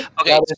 Okay